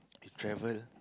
if travel